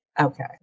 Okay